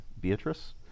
Beatrice